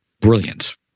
brilliant